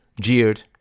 jeered